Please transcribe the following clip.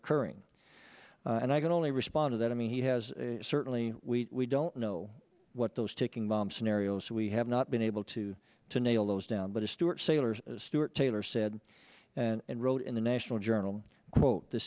occurring and i can only respond to that i mean he has certainly we don't know what those ticking bomb scenario so we have not been able to to nail those down but it's stuart sailors stuart taylor said and wrote in the national journal quote the